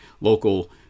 local